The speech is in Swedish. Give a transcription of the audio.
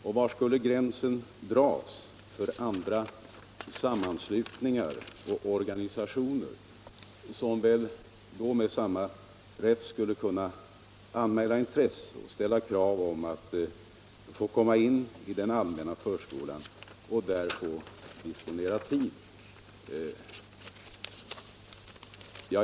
Och var skulle gränsen dras för andra sammanslutningar och organisationer, som väl då med samma rätt skulle kunna anmäla intresse och ställa krav på att få komma in i den allmänna förskolan och där disponera tid?